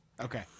Okay